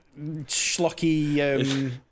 schlocky